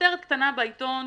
כותרת קטנה בעיתון,